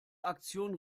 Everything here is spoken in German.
aktion